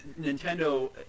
Nintendo